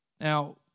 Now